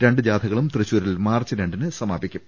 രണ്ട് ജാഥകളും തൃശൂ രിൽ മാർച്ച് രണ്ടിന് സമാപിക്കും